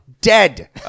dead